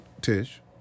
Tish